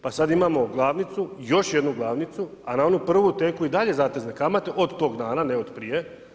Pa sada imamo glavnicu, još jednu glavnicu a na onu prvu teku i dalje zatezne kamate od tog dana ne od prije.